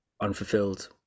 unfulfilled